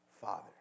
father